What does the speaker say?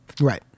Right